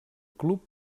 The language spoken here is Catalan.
club